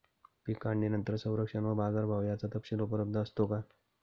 पीक काढणीनंतर संरक्षण व बाजारभाव याचा तपशील उपलब्ध असतो का?